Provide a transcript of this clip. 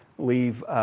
leave